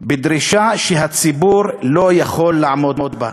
בדרישה שהציבור לא יכול לעמוד בה.